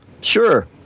Sure